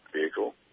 vehicle